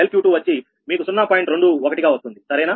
21గా వస్తుంది సరేనా